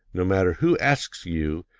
no matter who asks you,